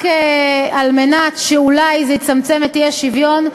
רק על מנת שאולי זה יצמצם את האי-שוויון,